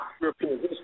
European